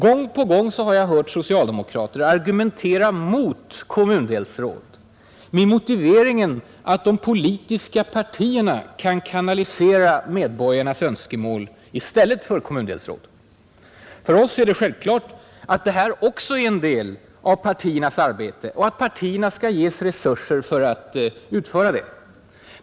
Gång på gång har jag hört socialdemokrater argumentera mot kommundelsråd med motiveringen att de politiska partierna i stället för kommundelsråd kan kanalisera medborgarnas önskemål. För oss är det självklart att detta också är en del av partiernas arbete och att partierna skall ges resurser för att utföra det.